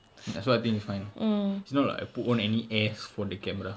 so I think it's fine ah it's not like I put on any ass for the camera